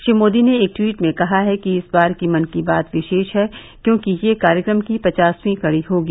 श्री मोदी ने एक ट्वीट में कहा कि इस बार की मन की बात विशेष है क्योंकि यह कार्यक्रम की पचासवीं कड़ी होगी